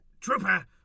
Trooper